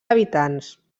habitants